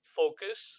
focus